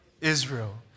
Israel